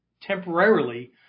temporarily